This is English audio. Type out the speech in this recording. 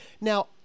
Now